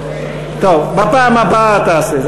בפעם הבאה תעשה.